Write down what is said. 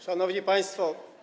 Szanowni Państwo!